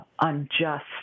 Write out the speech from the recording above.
unjust